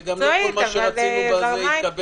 וגם לא כל מה שרצינו התקבל,